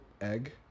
egg